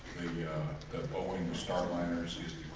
the boeing starliner has